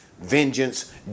vengeance